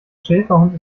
schäferhund